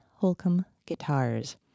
HolcombGuitars